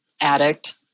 Addict